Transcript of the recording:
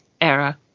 era